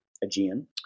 Aegean